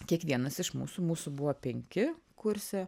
kiekvienas iš mūsų mūsų buvo penki kurse